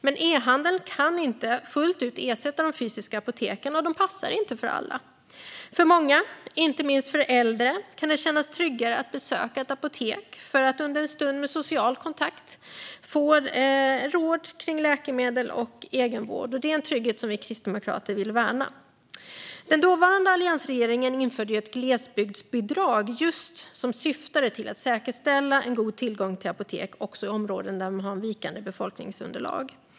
Men e-handeln kan inte fullt ut ersätta de fysiska apoteken, och de passar inte för alla. För många, inte minst äldre, kan det kännas tryggare att besöka ett apotek för att under en stund med social kontakt få råd kring läkemedel och egenvård. Detta är en trygghet som vi kristdemokrater vill värna. Den dåvarande alliansregeringen införde ett glesbygdsbidrag som syftade just till att säkerställa en god tillgång till apotek också i områden med vikande befolkningsunderlag.